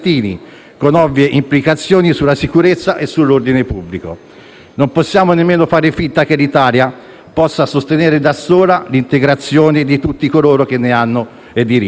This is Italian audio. con ovvie implicazioni sulla sicurezza e sull'ordine pubblico. Non possiamo nemmeno fare finta che l'Italia possa sostenere da sola l'integrazione di tutti coloro che ne hanno diritto.